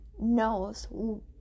knows